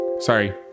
Sorry